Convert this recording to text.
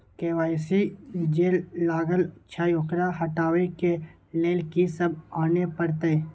KYC जे लागल छै ओकरा हटाबै के लैल की सब आने परतै?